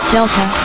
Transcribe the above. Delta